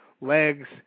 legs